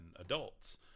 adults